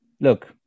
Look